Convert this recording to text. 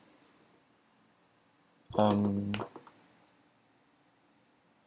um